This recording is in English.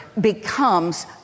becomes